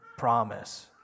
promise